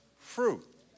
fruit